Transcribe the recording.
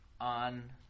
on